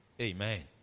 Amen